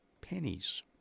Pennies